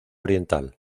oriental